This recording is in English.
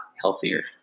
healthier